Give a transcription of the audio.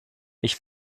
ich